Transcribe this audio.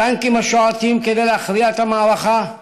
הטנקים השועטים כדי להכריע את המערכה,